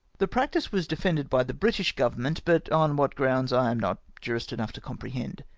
the practice was defended by the british govern ment, but on what grounds i am not jurist enough to comprehend.